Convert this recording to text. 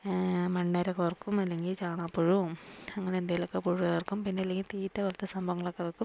മണ്ണിര കോർക്കും അല്ലെങ്കിൽ ചാണകപ്പുഴുവും അങ്ങനെ എന്തേലുമൊക്കെ പുഴു ചേർക്കും പിന്നെ അല്ലെങ്കിൽ തീറ്റ പോലെത്തെ സംഭവങ്ങളൊക്കെ വെക്കും